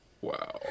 Wow